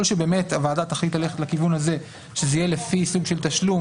שהוועדה תחליט ללכת לכיוון הזה שזה יהיה לפי סוג התשלום